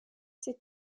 tud